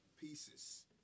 pieces